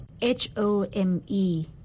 H-O-M-E